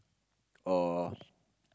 or